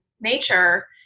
nature